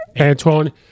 Antoine